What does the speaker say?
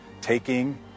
taking